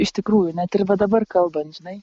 iš tikrųjų net ir va dabar kalbant žinai